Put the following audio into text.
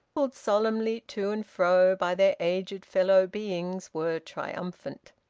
pulled solemnly to and fro by their aged fellow-beings, were triumphant.